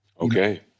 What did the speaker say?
Okay